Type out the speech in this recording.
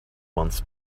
months